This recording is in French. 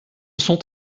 sont